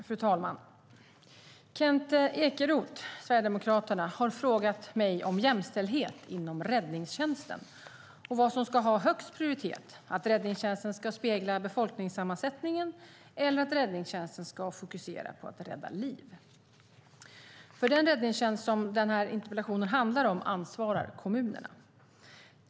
Fru talman! Kent Ekeroth, Sverigedemokraterna, har frågat mig om jämställdhet inom räddningstjänsten och vad som ska ha högst prioritet: att räddningstjänsten ska spegla befolkningssammansättningen eller att räddningstjänsten ska fokusera på att rädda liv. För den räddningstjänst som denna interpellation handlar om ansvarar kommunerna.